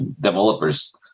developers